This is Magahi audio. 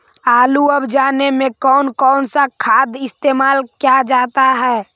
आलू अब जाने में कौन कौन सा खाद इस्तेमाल क्या जाता है?